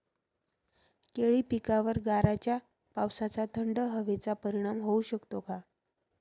केळी पिकावर गाराच्या पावसाचा, थंड हवेचा परिणाम होऊ शकतो का?